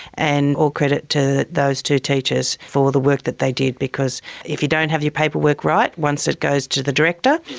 and all credit to those two teachers for the work that they did, because if you don't have your paperwork right, once it goes to the director,